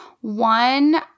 one